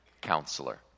counselor